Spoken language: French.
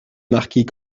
marquis